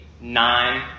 nine